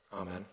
Amen